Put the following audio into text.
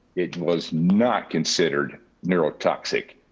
it was not considered neurotoxic.